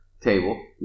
table